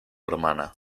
hermana